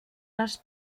les